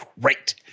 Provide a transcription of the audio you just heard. Great